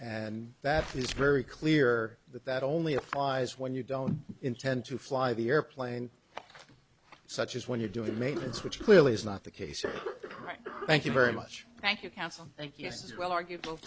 and that it's very clear that that only applies when you don't intend to fly the airplane such as when you're doing maintenance which clearly is not the case or right thank you very much thank you counsel thank yes well argu